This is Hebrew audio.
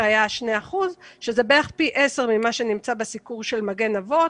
היה 2% שזה בערך פי עשרה ממה שנמצא בסיקור של מגן אבות,